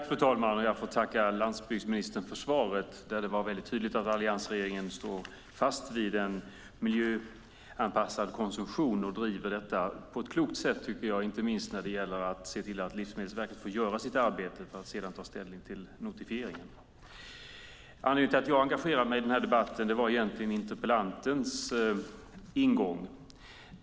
Fru talman! Jag får tacka landsbygdsministern för svaret, där det var väldigt tydligt att alliansregeringen står fast vid en miljöanpassad konsumtion och driver detta på ett klokt sätt, tycker jag, inte minst när det gäller att se till att Livsmedelsverket får göra sitt arbete för att sedan ta ställning till notifieringen. Anledningen till att jag har engagerat mig i den här debatten är egentligen interpellantens ingång.